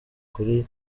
kuri